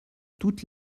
toutes